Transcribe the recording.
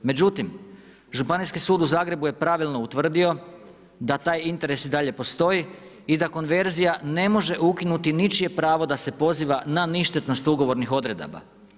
Međutim, Županijski sud u Zagrebu je pravilno utvrdio da taj interes i dalje postoji i da konverzija ne može ukinuti ničije pravo da se poziva na ništetnost ugovornih odredaba.